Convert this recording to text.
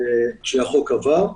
כשהחוק עבר.